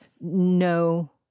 no